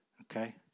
okay